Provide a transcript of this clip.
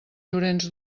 llorenç